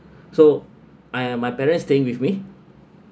so I and my parents staying with me